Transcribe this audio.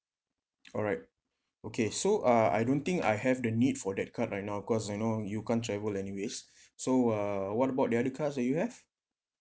alright okay so uh I don't think I have the need for that card right now cause I know you can't travel anyways so uh what about the other cards that you have